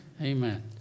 Amen